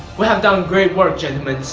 we have done great work, gentlemen.